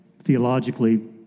Theologically